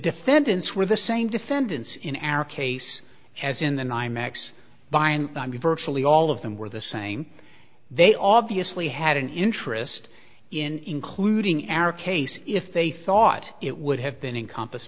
defendants were the same defendants in our case as in the ny mex by and by me virtually all of them were the same they obviously had an interest in including ara case if they thought it would have been encompass